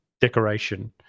decoration